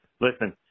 Listen